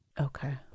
Okay